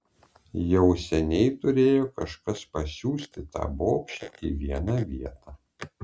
jau seniai turėjo kažkas pasiųsti tą bobšę į vieną vietą